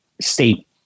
state